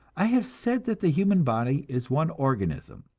i have said that the human body is one organism,